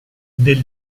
del